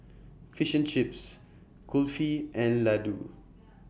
Fish Chips Kulfi and Ladoo